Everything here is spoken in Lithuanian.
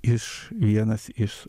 iš vienas iš